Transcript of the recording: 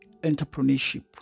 entrepreneurship